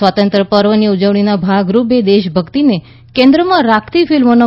સ્વાતંત્ર્ય પર્વની ઉજવણીના ભાગરૂપે દેશભક્તિને કેન્દ્રમાં રાખતી ફિલ્મોનો